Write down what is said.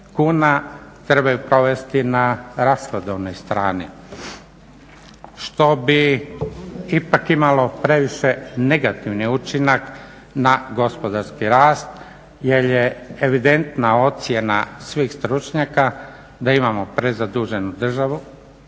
trebaju provesti na rashodovnoj strani što bi ipak imalo previše negativni učinak na gospodarski rast. Jer je evidentna ocjena svih stručnjaka da imamo prezaduženu državu,